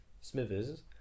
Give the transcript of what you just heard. Smithers